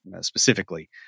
specifically